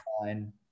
fine